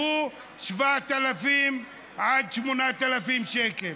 שהוא 7,000 עד 8,000 שקל.